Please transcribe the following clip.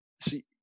See